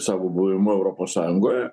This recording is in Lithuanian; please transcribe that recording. savo buvimu europos sąjungoje